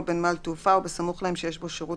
או בנמל תעופה או בסמוך להם שיש בו שירות